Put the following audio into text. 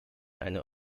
eine